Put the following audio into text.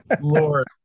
Lord